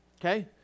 okay